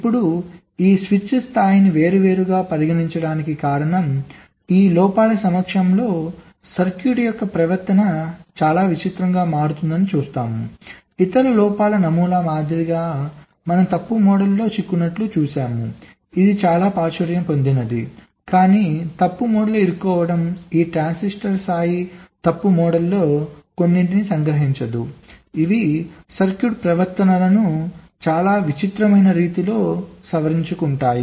ఇప్పుడు ఈ స్విచ్ స్థాయిని వేరువేరుగా పరిగణించటానికి కారణం ఈ లోపాల సమక్షంలో సర్క్యూట్ యొక్క ప్రవర్తన చాలా విచిత్రంగా మారుతుందని చూస్తాము ఇతర లోపాల నమూనాల మాదిరిగా మనం తప్పు మోడల్లో చిక్కుకున్నట్లుగా చూశాము ఇది చాలా ప్రాచుర్యం పొందింది కాని తప్పు మోడల్లో ఇరుక్కోవడం ఈ ట్రాన్సిస్టర్ స్థాయి తప్పు మోడళ్లలో కొన్నింటిని సంగ్రహించదు ఇవి సర్క్యూట్ ప్రవర్తనలను చాలా విచిత్రమైన రీతిలో సవరించుకుంటాయి